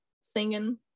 singing